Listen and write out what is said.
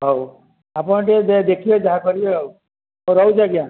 ହଉ ଆପଣ ଟିକେ ଦେଖିବେ ଯାହା କରିବେ ଆଉ ହଉ ରହୁଛି ଆଜ୍ଞା